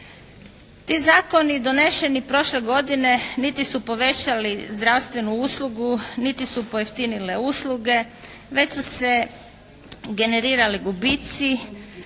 Ti zakoni doneseni prošle godine niti su povećali zdravstvenu uslugu niti su pojeftinile usluge već su se generirali gubici.